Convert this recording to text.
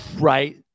right